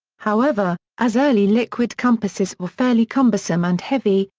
however, as early liquid compasses were fairly cumbersome and heavy,